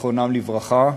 זיכרונם לברכה.